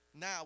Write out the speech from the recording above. Now